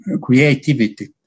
creativity